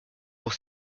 pour